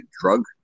drug